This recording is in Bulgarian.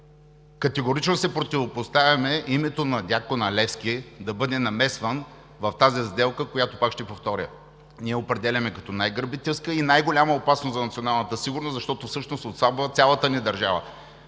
Категорично се противопоставяме името на Дякона Левски да бъде намесвано в тази сделка, която, пак ще повторя, ние определяме като най-грабителска и най-голяма опасност за националната сигурност, защото всъщност отслабва цялата ни държава.